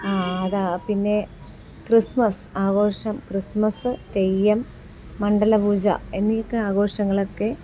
അതാണ് പിന്നെ ക്രിസ്മസ് ആഘോഷം ക്രിസ്മസ് തെയ്യം മണ്ഡലപൂജ എന്നിവയൊക്കെ ആഘോഷങ്ങളൊക്കെ